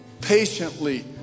patiently